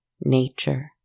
nature